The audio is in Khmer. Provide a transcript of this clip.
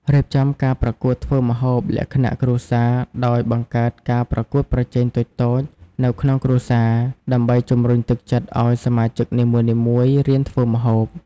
រៀបចំការប្រកួតធ្វើម្ហូបលក្ខណៈគ្រួសារដោយ បង្កើតការប្រកួតប្រជែងតូចៗនៅក្នុងគ្រួសារ ដើម្បីជំរុញទឹកចិត្តឱ្យសមាជិកនីមួយៗរៀនធ្វើម្ហូប។